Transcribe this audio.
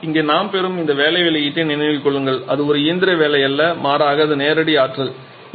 ஆனால் இங்கே நாம் பெறும் இந்த வேலை வெளியீட்டை நினைவில் கொள்ளுங்கள் அது ஒரு இயந்திர வேலை அல்ல மாறாக அது நேரடி ஆற்றல்